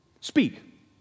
Speak